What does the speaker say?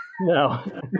No